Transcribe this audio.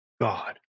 God